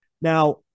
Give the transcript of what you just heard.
Now